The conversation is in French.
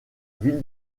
ville